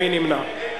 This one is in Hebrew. מי נמנע?